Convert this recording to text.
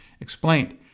explained